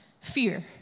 fear